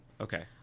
okay